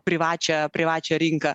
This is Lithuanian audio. privačią privačią rinką